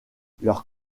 leurs